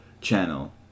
channel